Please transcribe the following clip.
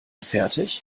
fertig